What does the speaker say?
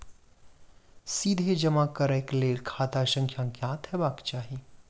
सीधे जमा करैक लेल खाता संख्या ज्ञात हेबाक चाही